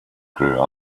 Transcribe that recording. grew